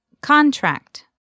Contract